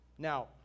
Now